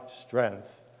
strength